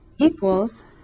equals